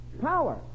Power